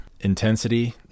intensity